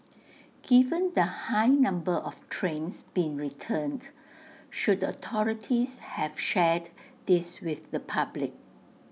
given the high number of trains being returned should the authorities have shared this with the public